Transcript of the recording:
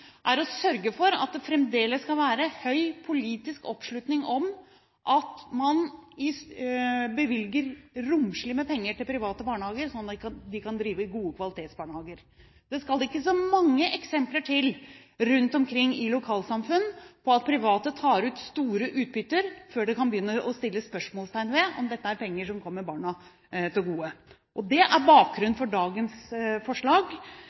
er å sørge for at det fremdeles skal være høy politisk oppslutning om at man bevilger romslig med penger til private barnehager, sånn at de kan drive gode kvalitetsbarnehager. Det skal ikke så mange eksempler til rundt omkring i lokalsamfunn på at private tar ut store utbytter, før en kan begynne å sette spørsmålstegn ved om dette er penger som kommer barna til gode. Det er bakgrunnen for dagens forslag